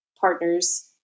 partners